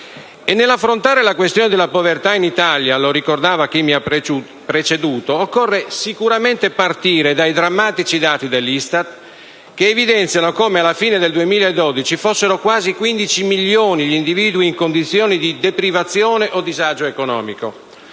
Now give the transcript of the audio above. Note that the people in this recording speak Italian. Nell'affrontare la questione della povertà in Italia - lo ricordava chi mi ha preceduto - occorre sicuramente partire dai drammatici dati dell'ISTAT che evidenziano come, alla fine del 2012, fossero quasi 15 milioni gli individui in condizione di deprivazione o disagio economico: